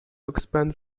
expand